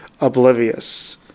oblivious